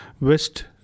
West